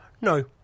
No